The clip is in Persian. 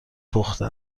پخته